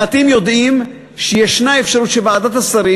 מעטים יודעים שיש אפשרות שוועדת השרים